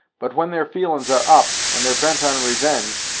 but when their feelin's are up, and they're bent on revenge,